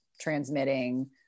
transmitting